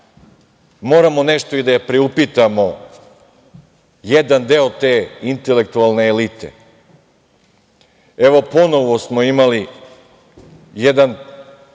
moramo nešto i da priupitamo jedan deo te intelektualne elite. Ponovo smo imali jedan